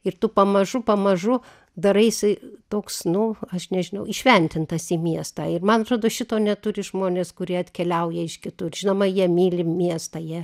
ir tu pamažu pamažu daraisi toks nu aš nežinau įšventintas į miestą ir man atrodo šito neturi žmonės kurie atkeliauja iš kitur žinoma jie myli miestą jie